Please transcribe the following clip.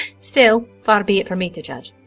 still far be it for me to judge,